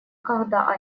когда